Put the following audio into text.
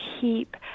keep